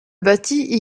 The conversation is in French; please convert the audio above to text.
bâti